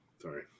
Sorry